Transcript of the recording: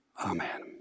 Amen